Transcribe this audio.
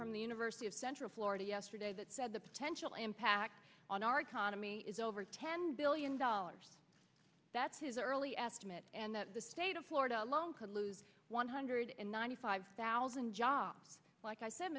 from the university of central florida yesterday that said the potential impact on our economy is over ten billion dollars that's his early estimate and that the state of florida alone could lose one hundred ninety five thousand jobs like i said